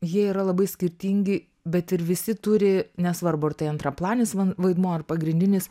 jie yra labai skirtingi bet ir visi turi nesvarbu ar tai antraplanis vaidmuo ar pagrindinis